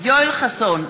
יואל חסון,